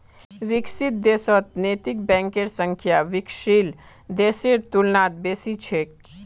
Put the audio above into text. विकसित देशत नैतिक बैंकेर संख्या विकासशील देशेर तुलनात बेसी छेक